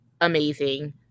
amazing